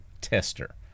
tester